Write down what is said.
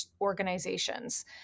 organizations